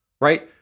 right